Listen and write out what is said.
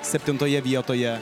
septintoje vietoje